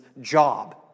job